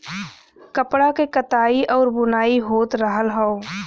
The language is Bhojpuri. कपड़ा क कताई आउर बुनाई होत रहल हौ